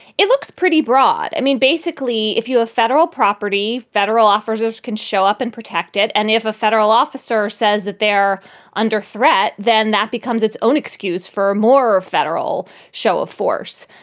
it looks pretty broad. i mean, basically, if you have federal property, federal officers can show up and protect it. and if a federal officer says that they're under threat, then that becomes its own excuse for more federal show of force.